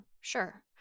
Sure